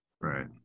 Right